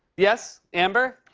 yes, amber?